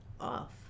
off